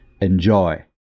Enjoy